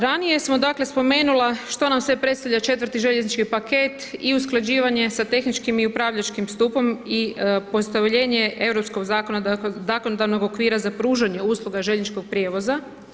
Ranije sam dakle spomenula što nam sve predstavlja 4. željeznički paket i usklađivanje sa tehničkim i upravljačkim stupom i postavljenje europskog zakonodavnog okvira za pružanje usluga željezničkog prijevoza.